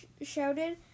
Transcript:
shouted